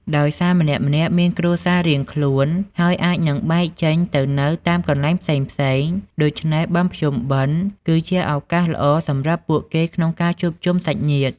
ដោយសារម្នាក់ៗមានគ្រួសាររៀងខ្លួន ហើយអាចនឹងបែកចេញទៅនៅតាមកន្លែងផ្សេងៗ ដូច្នេះបុណ្យភ្ពុំបិណ្ឌគឺជាឱកាសល្អសម្រាប់ពួកគេក្នុងការជួបជុំសាច់ញាតិ។